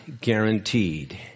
guaranteed